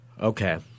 Okay